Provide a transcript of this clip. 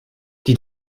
die